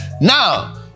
now